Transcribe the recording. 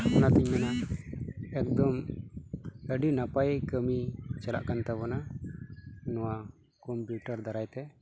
ᱚᱱᱟ ᱛᱤᱧ ᱢᱮᱱᱟ ᱮᱠᱫᱚᱢ ᱟᱹᱰᱤ ᱱᱟᱯᱟᱭ ᱠᱟᱹᱢᱤ ᱪᱟᱞᱟᱜ ᱠᱟᱱ ᱛᱟᱵᱚᱱᱟ ᱱᱚᱣᱟ ᱠᱚᱢᱯᱤᱭᱩᱴᱟᱨ ᱫᱟᱨᱟᱭ ᱛᱮ